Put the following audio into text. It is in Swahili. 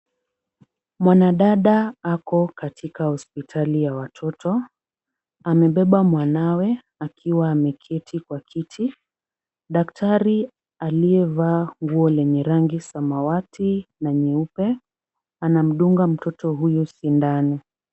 Mwanadada ako katika hospitali ya watoto. Amebeba mwanawe akiwa ameketi kwa kiti. Daktari aliyevaa nguo lenye rangi samawati na nyeupe, anamdunga mtoto huyo sindano.